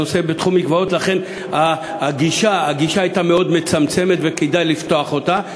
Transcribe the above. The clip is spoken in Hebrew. לכן הגישה הייתה מאוד מצמצמת, וכדאי לפתוח אותה.